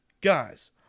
guys